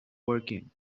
woking